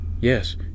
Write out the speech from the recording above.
Yes